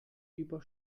über